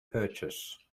purchase